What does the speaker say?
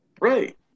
Right